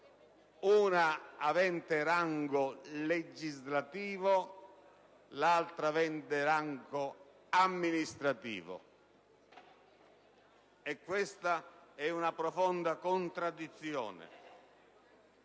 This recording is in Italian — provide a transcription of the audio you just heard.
uno, avente rango legislativo; l'altro, avente rango amministrativo. Questa è una profonda contraddizione.